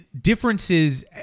differences